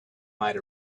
might